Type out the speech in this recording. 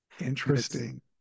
Interesting